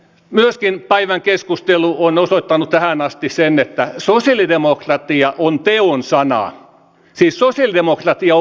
myöskin päivän keskustelu on osoittanut tähän asti sen että sosialidemokratia on teonsana siis sosialidemokratia on verbi